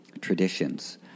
traditions